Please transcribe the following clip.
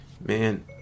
Man